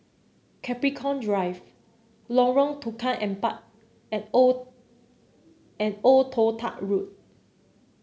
Capricorn Drive Lorong Tukang Empat and Old and Old Toh Tuck Road